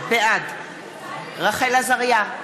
בעד רחל עזריה,